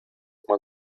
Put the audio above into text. man